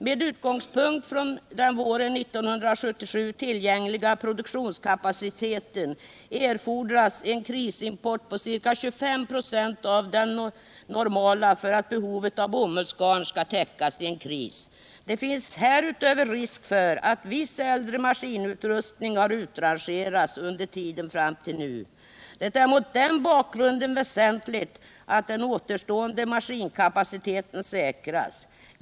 Med utgångspunkt från den våren 1977 tillgängliga produktionskapaciteten erfordras en krisimport på ca 25 76 av den normala för att behovet av bomullsgarn skall täckas i en kris. Det finns härutöver risk för att viss äldre maskinutrustning har utrangerats under tiden fram till nu. Det är mot denna bakgrund väsentligt att den återstående maskinkapaciteten säkras.